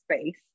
space